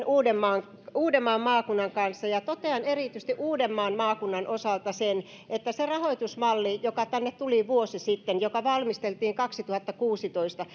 uudenmaan uudenmaan maakunnan kanssa totean erityisesti uudenmaan maakunnan osalta sen että se rahoitusmalli joka tänne tuli vuosi sitten joka valmisteltiin kaksituhattakuusitoista